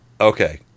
okay